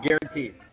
Guaranteed